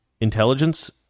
intelligence